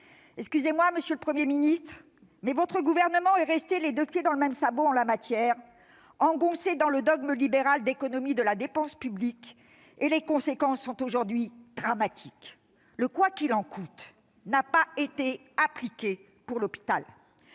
vous le dire, monsieur le Premier ministre, mais votre gouvernement est resté les deux pieds dans le même sabot en la matière, engoncé dans le dogme libéral d'économie de la dépense publique. Les conséquences sont aujourd'hui dramatiques. Le « quoi qu'il en coûte » n'a pas été appliqué pour l'hôpital.